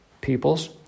peoples